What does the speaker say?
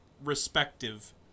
Respective